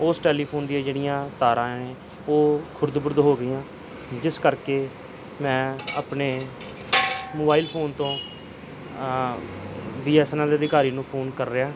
ਉਸ ਟੈਲੀਫੋਨ ਦੀਆਂ ਜਿਹੜੀਆਂ ਤਾਰਾਂ ਹੈ ਉਹ ਖੁਰਦ ਬੁਰਦ ਹੋ ਗਈਆਂ ਜਿਸ ਕਰਕੇ ਮੈਂ ਆਪਣੇ ਮੋਬਾਈਲ ਫੋਨ ਤੋਂ ਬੀ ਐਸ ਐਨ ਐਲ ਦੇ ਅਧਿਕਾਰੀ ਨੂੰ ਫੋਨ ਕਰ ਰਿਹਾ